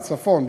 בצפון,